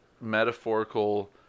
metaphorical